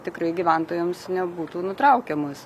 tikrai gyventojams nebūtų nutraukiamas